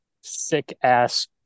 sick-ass